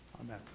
Amen